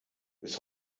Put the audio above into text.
bis